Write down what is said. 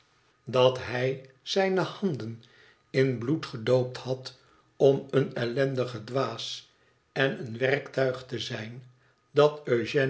dat hij zijne handen in bloed gedoopt had om een ellendige dwaas en een werktuig te zijn dat